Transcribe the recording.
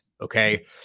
okay